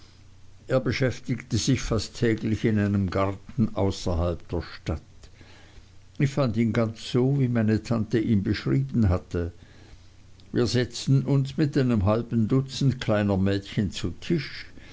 er beschäftigte sich fast täglich in einem garten außerhalb der stadt ich fand ihn ganz so wie ihn meine tante beschrieben hatte wir setzten uns mit einem halben dutzend kleiner mädchen zu tisch